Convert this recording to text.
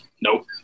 nope